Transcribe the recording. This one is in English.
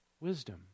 Wisdom